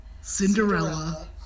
Cinderella